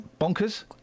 bonkers